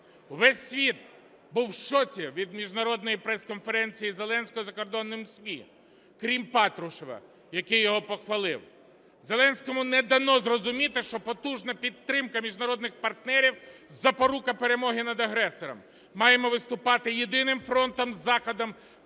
Весь світ був в шоці від міжнародної пресконференції Зеленського закордонним ЗМІ, крім Патрушева, який його похвалив. Зеленському не дано зрозуміти, що потужна підтримка міжнародних партнерів – запорука перемоги над агресором. Маємо виступати єдиним фронтом з Заходом,